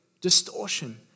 distortion